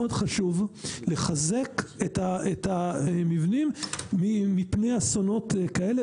חשוב לחזק את המבנים מפני אסונות כאלה.